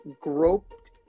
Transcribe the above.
groped